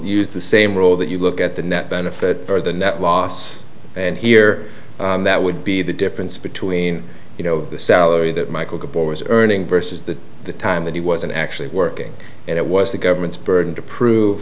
use the same role that you look at the net benefit or the net loss and here that would be the difference between you know the salary that michael capone was earning versus the time that he wasn't actually working and it was the government's burden to prove